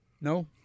No